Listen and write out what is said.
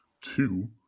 two